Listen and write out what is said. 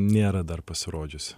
nėra dar pasirodžiusi